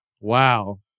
Wow